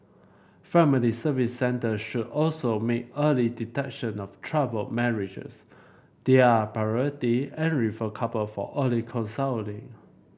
Family Service Centres should also make early detection of troubled marriages their priority and refer couple for early counselling